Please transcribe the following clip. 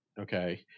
Okay